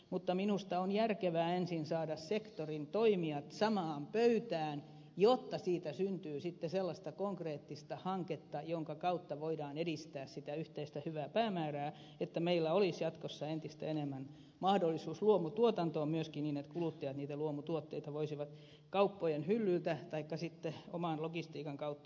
mutta minusta on järkevää ensin saada sektorin toimijat samaan pöytään jotta siitä syntyy sitten sellaista konkreettista hanketta jonka kautta voidaan edistää sitä yhteistä hyvää päämäärää että meillä olisi jatkossa entistä enemmän mahdollisuus luomutuotantoon myöskin niin että kuluttajat niitä luomutuotteita voisivat kauppojen hyllyiltä taikka sitten oman logistiikan kautta saada